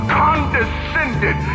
condescended